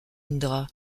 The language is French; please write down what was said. indra